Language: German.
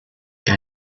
wie